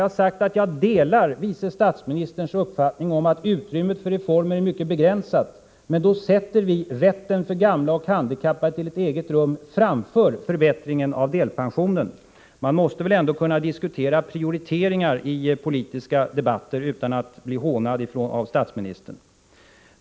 Jag har sagt att jag delar vice statsministerns uppfattning om att utrymmet för reformer är mycket begränsat, men att vi sätter rätten för gamla och handikappade att få ett eget rum framför en förbättring av delpensionen. Man måste ändå kunna diskutera prioriteringar i politiska debatter utan att bli hånad av statsministern.